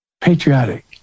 Patriotic